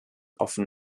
offen